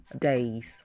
days